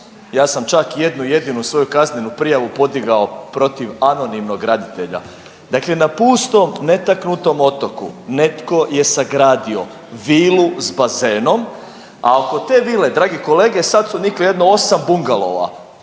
Ja sam čak jednu jedinu svoju kaznenu prijavu podigao protiv anonimnog graditelja. Dakle na pustom netaknutom otoku netko je sagradio vilu s bazenom, a oko te vile dragi kolege sada su nikli jedno 8 bungalova.